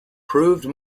proved